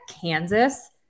kansas